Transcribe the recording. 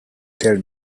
tell